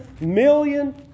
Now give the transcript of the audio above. million